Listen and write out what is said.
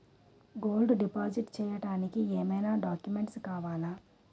Gold deposit చేయడానికి ఏమైనా documents కావాలా?